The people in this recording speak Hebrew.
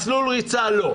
מסלול ריצה לא.